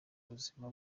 buzima